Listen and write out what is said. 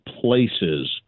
places